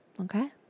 Okay